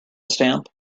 stamp